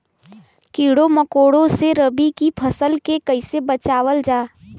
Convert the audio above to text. कीड़ों मकोड़ों से रबी की फसल के कइसे बचावल जा?